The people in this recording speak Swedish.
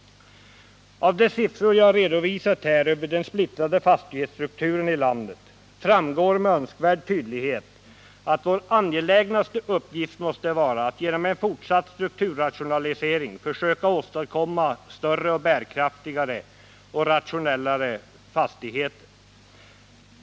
Av de siffror jag redovisat här över den splittrade fastighetsstrukturen i landet framgår med önskvärd tydlighet att vår angelägnaste uppgift måste vara att genom en fortsatt strukturrationalisering försöka åstadkomma större, bärkraftigare och rationellare fastigheter.